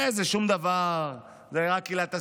היי, זה שום דבר, זו רק עילת הסבירות,